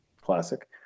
Classic